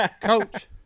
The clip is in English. Coach